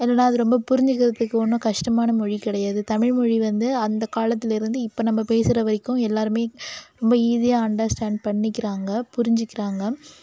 என்னடா அது ரொம்ப புரிஞ்சுக்கிறதுக்கு ஒன்றும் கஷ்டமான மொழி கிடையாது தமிழ்மொழி வந்து அந்த காலத்திலிருந்து இப்போ நம்ம பேசுகிற வரைக்கும் எல்லாேருமே ரொம்ப ஈஸியாக அண்டர்ஸ்டேன்ட் பண்ணிக்கிறாங்க புரிஞ்சுக்கிறாங்க